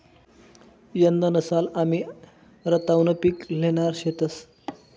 यंदाना साल आमी रताउनं पिक ल्हेणार शेतंस